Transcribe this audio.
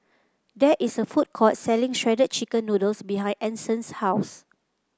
there is a food court selling Shredded Chicken Noodles behind Anson's house